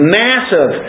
massive